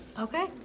Okay